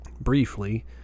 briefly